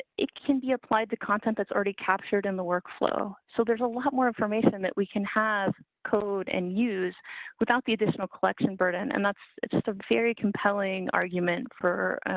it can be applied to content that's already captured in the workflow. so there's a lot more information that we can have code and use without the additional collection burden. and that's it's just a very compelling argument for,